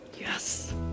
Yes